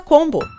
Combo